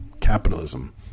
capitalism